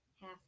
half